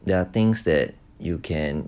there are things that you can